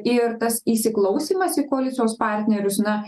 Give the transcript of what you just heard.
ir tas įsiklausymas į koalicijos partnerius na